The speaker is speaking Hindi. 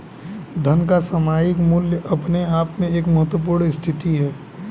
धन का सामयिक मूल्य अपने आप में एक महत्वपूर्ण स्थिति है